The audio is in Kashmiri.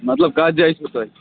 مطلب کَتھ جایہِ چھِو تۄہہِ